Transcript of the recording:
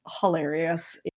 hilarious